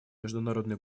международный